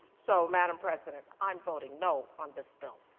so, madam president, i am voting no on this bill.